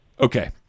Okay